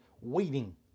waiting